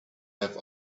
have